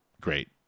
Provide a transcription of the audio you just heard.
great